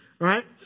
Right